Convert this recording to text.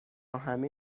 همه